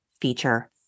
feature